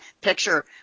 picture